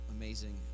amazing